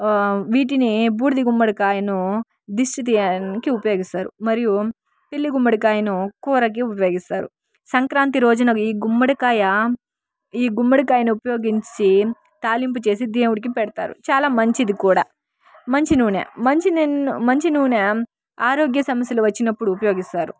వీటిని బూడిది గుమ్మడికాయను దిష్టి తీయడానికి ఉపయోగిస్తారు మరియు పిల్లి గుమ్మడికాయను కూరకు ఉపయోగిస్తారు సంక్రాంతి రోజున ఈ గుమ్మడికాయ ఈ గుమ్మడికాయని ఉపయోగించి తాలింపు చేసి దేవుడికి పెడతారు చాలా మంచిది కూడా మంచి నూనె మంచి నూనె ఆరోగ్య సమస్యలు వచ్చినప్పుడు ఉపయోగిస్తారు